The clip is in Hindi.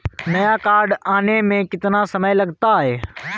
नया कार्ड आने में कितना समय लगता है?